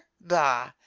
Bah